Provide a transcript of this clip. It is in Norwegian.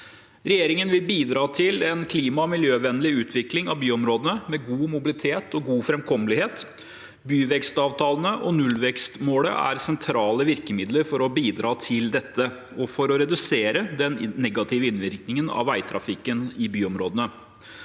Regjeringen vil bidra til en klima- og miljøvennlig utvikling av byområdene med god mobilitet og god framkommelighet. Byvekstavtalene og nullvekstmålet er sentrale virkemidler for å bidra til dette og for å redusere den negative innvirkningen av veitrafikken i byområdene.